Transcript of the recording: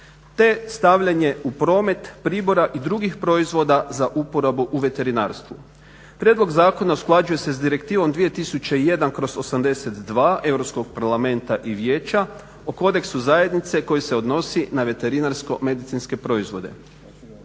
te stavljanje u promet pribora i drugih proizvoda za uporabu u veterinarstvu. Prijedlog zakona usklađuje se s Direktivom 2001/82 Europskog parlamenta i vijeća o kodeksu zajednice koji se odnosi na veterinarsko-medicinske proizvode.